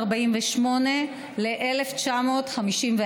1948 ל-1954.